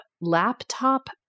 laptop